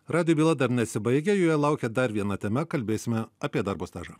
radijo byla dar nesibaigia joje laukia dar viena tema kalbėsime apie darbo stažą